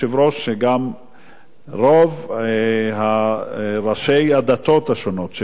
שגם רוב ראשי הדתות השונות שפגשנו